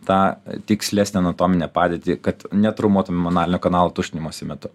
tą tikslesnę anatominę padėtį kad netraumuotumėm analinio kanalo tuštinimosi metu